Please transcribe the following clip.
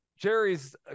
Jerry's